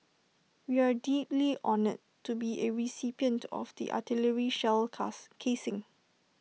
we are deeply honoured to be A recipient of the artillery shell cars casing